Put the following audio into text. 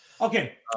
okay